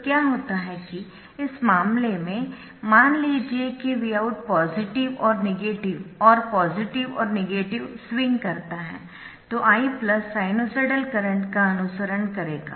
तो क्या होता है कि ऐसे मामले में मान लीजिए कि Vout पॉजिटिव और नेगेटिव और पॉजिटिव और नेगेटिव स्विंग करता है तो I साइनसॉइडल करंट का अनुसरण करेगा